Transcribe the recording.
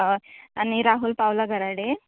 आनी राहूल पावला घरा कडेन